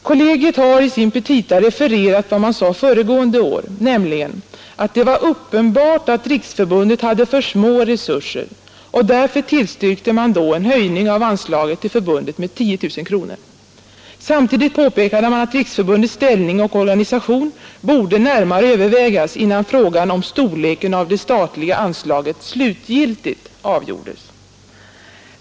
Kollegiet har i sina petita refererat vad man sade föregående år, nämligen att det var uppenbart att Riksförbundet hade för små resurser och = Nr 57 därför tillstyrkte man då en höjning av anslaget till förbundet med 10 000 Torsdagen den kronor. Samtidigt påpekade man att Riksförbundets ställning och 29 mars 1973 organisation borde närmare övervägas innan frågan om storleken av det statliga anslaget slutgiltigt avgjordes.